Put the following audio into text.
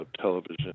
television